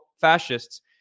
fascists